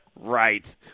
Right